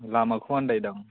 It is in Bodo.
लामाखौ आन्दायदों आं